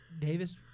Davis